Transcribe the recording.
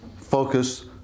Focus